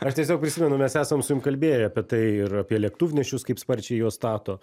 aš tiesiog prisimenu mes esam su jum kalbėję apie tai ir apie lėktuvnešius kaip sparčiai juos stato